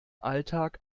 alltag